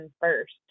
first